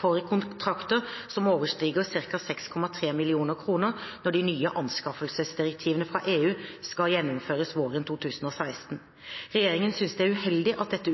for kontrakter som overstiger ca. 6,3 mill. kr, når de nye anskaffelsesdirektivene fra EU skal gjennomføres våren 2016. Regjeringen synes det er uheldig at dette